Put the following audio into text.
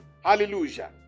Hallelujah